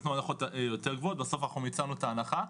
נתנו הנחות יותר גבוהות ובסוף אנחנו ניצלנו את ההנחה.